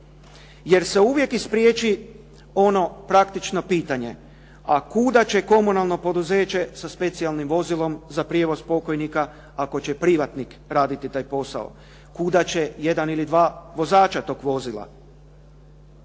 jer se uvijek ispriječi ono praktično pitanje, a kuda će komunalno poduzeće sa specijalnim vozilom za prijevoz pokojnika, ako će privatnik raditi taj posao. Kuda će jedan ili dva vozača tog vozila?